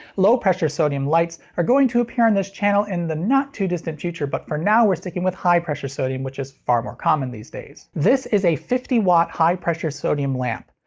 low pressure sodium lights are going to appear on this channel in the not-too distant future, but for now we're sticking with high pressure sodium which is far more common these days. this is a fifty watt high pressure sodium lamp.